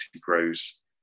grows